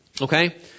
Okay